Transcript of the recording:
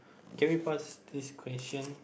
can we pause this question